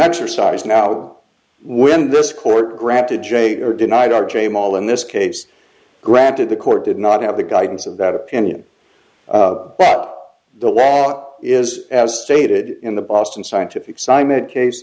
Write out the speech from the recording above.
exercise now when this court granted or denied r j mall in this case granted the court did not have the guidance of that opinion but the last is as stated in the boston scientific simon case